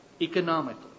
economically